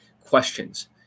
questions